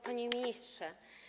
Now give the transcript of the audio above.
Panie Ministrze!